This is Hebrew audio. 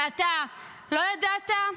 ואתה לא ידעת?